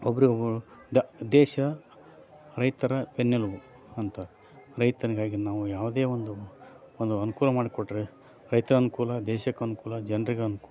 ಒಬ್ರಿಗೊಬ್ಬರು ದ ದೇಶ ರೈತರ ಬೆನ್ನೆಲುಬು ಅಂತಾರೆ ರೈತನಿಗಾಗಿ ನಾವು ಯಾವುದೇ ಒಂದು ಒಂದು ಅನುಕೂಲ ಮಾಡಿ ಕೊಟ್ಟರೆ ರೈತರಿಗೆ ಅನುಕೂಲ ದೇಶಕ್ಕೂ ಅನುಕೂಲ ಜನರಿಗೂ ಅನುಕೂಲ